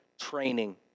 training